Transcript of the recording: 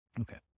Okay